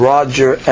Roger